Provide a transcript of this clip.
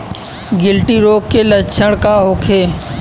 गिल्टी रोग के लक्षण का होखे?